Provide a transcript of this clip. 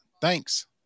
Thanks